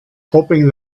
hoping